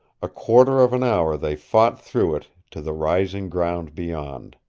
a quarter of an hour they fought through it to the rising ground beyond.